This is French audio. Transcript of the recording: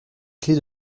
clefs